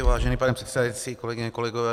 Vážený pane předsedající, kolegyně, kolegové.